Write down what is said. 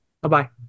Bye-bye